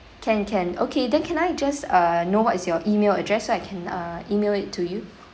can can okay then can I just err know what is your email address so I can err email it to you